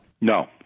No